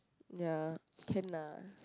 ya can lah